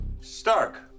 Stark